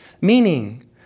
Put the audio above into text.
Meaning